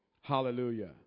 Hallelujah